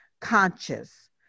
conscious